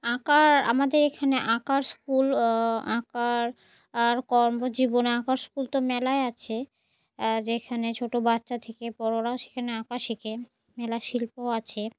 আঁকার আমাদের এইখানে আঁকার স্কুল আঁকার আর কর্মজীবনে আঁকার স্কুল তো মেলাই আছে যেখানে ছোট বাচ্চা থেকে বড়রাও সেখানে আঁকা শেখে মেলা শিল্পও আছে